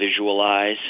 visualize